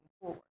forward